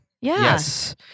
Yes